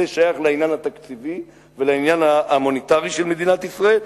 זה שייך לעניין התקציבי ולעניין המוניטרי של מדינת ישראל,